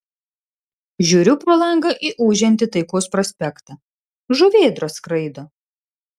žiūriu pro langą į ūžiantį taikos prospektą žuvėdros skraido